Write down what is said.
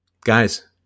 Guys